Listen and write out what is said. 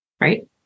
right